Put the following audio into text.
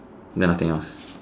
then nothing else